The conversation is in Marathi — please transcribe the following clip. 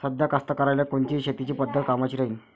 साध्या कास्तकाराइले कोनची शेतीची पद्धत कामाची राहीन?